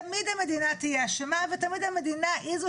תמיד המדינה תהיה אשמה ותמיד המדינה היא זו